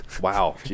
wow